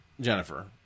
Jennifer